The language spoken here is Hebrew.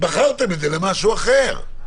בחרתם את זה למשהו אחר.